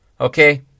Okay